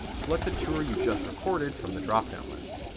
select the tour you just recorded from the drop down list.